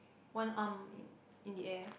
one arm in in the air